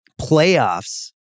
playoffs